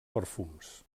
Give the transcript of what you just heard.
perfums